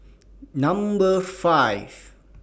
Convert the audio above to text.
Number five